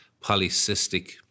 polycystic